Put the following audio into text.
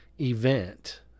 event